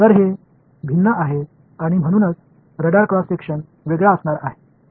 तर ते भिन्न आहेत आणि म्हणूनच रडार क्रॉस सेक्शन वेगळा असणार आहे